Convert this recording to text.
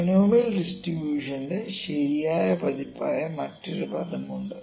binomial ഡിസ്ട്രിബൂഷന്റെ ശരിയാക്കിയ പതിപ്പായ മറ്റൊരു പദമുണ്ട്